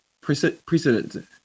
precedent